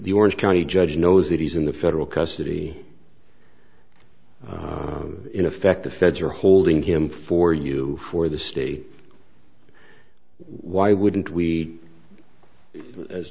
the orange county judge knows that he's in the federal custody in effect the feds are holding him for you for the state why wouldn't we as